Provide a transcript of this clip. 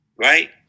Right